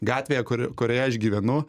gatvėje kur kurioje aš gyvenu